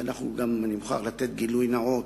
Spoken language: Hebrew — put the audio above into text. אנחנו גם, אני מוכרח לתת גילוי נאות,